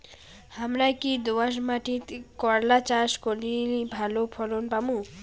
হামরা কি দোয়াস মাতিট করলা চাষ করি ভালো ফলন পামু?